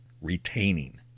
retaining